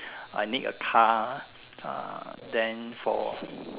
I need a car ah then for